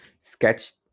sketched